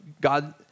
God